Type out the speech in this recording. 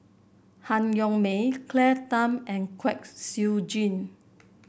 Han Yong May Claire Tham and Kwek Siew Jin